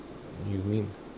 you mean